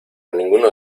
ninguno